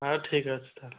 ହେଉ ଠିକ୍ ଅଛି ତାହେଲେ